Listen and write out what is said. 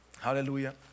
Hallelujah